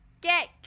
get